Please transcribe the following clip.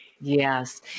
Yes